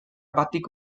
batik